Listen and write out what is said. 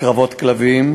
קרבות כלבים,